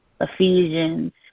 Ephesians